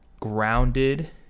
grounded